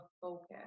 focus